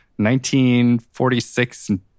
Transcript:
1946